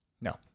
No